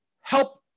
help